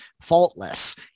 faultless